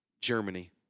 Germany